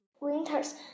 winters